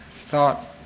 thought